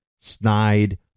snide